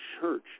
church